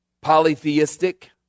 polytheistic